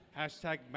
Hashtag